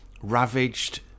Ravaged